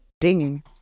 dinging